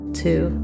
two